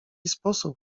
sposób